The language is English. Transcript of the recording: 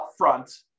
upfront